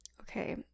Okay